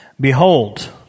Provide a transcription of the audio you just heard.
Behold